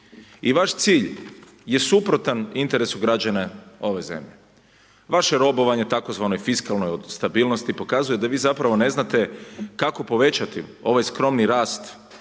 i vaš cilj je suprotan interesu građana ove zemlje. Vaše robovanje tzv. fiskalnoj stabilnosti pokazuje da zapravo ne znate kako povećati ovaj skromnu rast